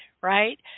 right